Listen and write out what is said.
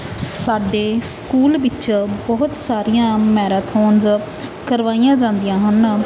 ਸਾਡੇ ਸਕੂਲ ਵਿੱਚ ਬਹੁਤ ਸਾਰੀਆਂ ਮੈਰਾਥੋਨਸ ਕਰਵਾਈਆਂ ਜਾਂਦੀਆਂ ਹਨ